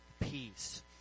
peace